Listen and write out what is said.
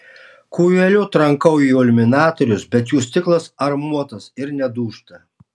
kūjeliu trankau į iliuminatorius bet jų stiklas armuotas ir nedūžta